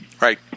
Right